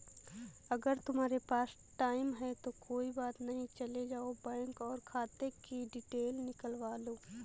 अगर तुम्हारे पास टाइम है तो कोई बात नहीं चले जाओ बैंक और खाते कि डिटेल निकलवा लो